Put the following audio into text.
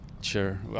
Sure